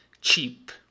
cheap